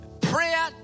Prayer